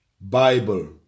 Bible